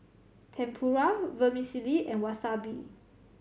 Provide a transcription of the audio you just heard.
Tempura Vermicelli and Wasabi